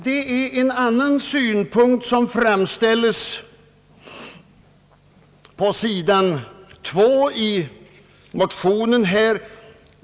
Det är en annan sak som framställs på sidan 1 i motionen.